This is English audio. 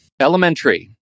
Elementary